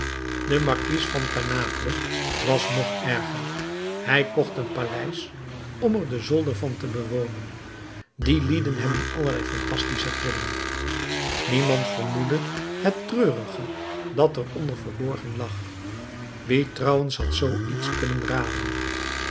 de markies van canaples was nog erger hij kocht een paleis om er den zolder van te bewonen die lieden hebben allerlei phantastische grillen niemand vermoedde het treurige dat er onder verborgen lag wie trouwens had zoo iets kunnen raden